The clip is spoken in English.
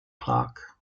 clerk